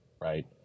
right